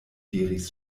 diris